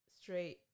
straight